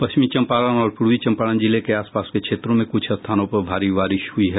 पश्चिमी चम्पारण और पूर्वी चम्पारण जिले के आस पास के क्षेत्रों में कुछ स्थानों पर भारी बारिश हुई है